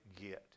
get